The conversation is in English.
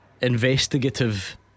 investigative